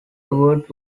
award